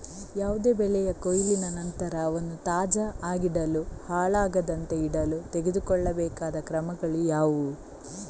ಯಾವುದೇ ಬೆಳೆಯ ಕೊಯ್ಲಿನ ನಂತರ ಅವನ್ನು ತಾಜಾ ಆಗಿಡಲು, ಹಾಳಾಗದಂತೆ ಇಡಲು ತೆಗೆದುಕೊಳ್ಳಬೇಕಾದ ಕ್ರಮಗಳು ಯಾವುವು?